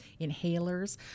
inhalers